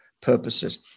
purposes